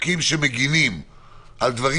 אתה יכול להגיד שהמצב הוא מצב שונה ממצב רגיל ולכן מצדיק